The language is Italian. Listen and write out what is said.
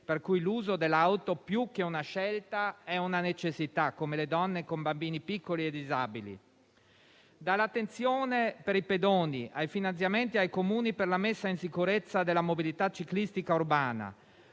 per cui l'uso dell'automobile, più che una scelta, è una necessità, come le donne in gravidanza, le famiglie con bambini piccoli e i disabili; dall'attenzione per i pedoni ai finanziamenti ai Comuni per la messa in sicurezza della mobilità ciclistica urbana;